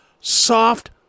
soft